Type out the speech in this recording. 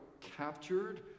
captured